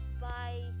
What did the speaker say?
bye